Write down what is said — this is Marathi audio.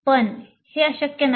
पण हे अशक्य नाही